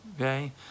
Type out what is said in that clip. okay